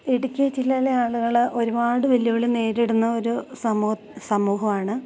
ഇടുക്കി ജില്ലയിലെ ആളുകൾ ഒരുപാട് വെല്ലുവിളി നേരിടുന്ന ഒരു സമൂ സമൂഹമാണ്